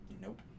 Nope